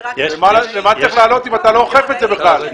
למה צריך להעלות אם אתה בכלל לא אוכף את זה?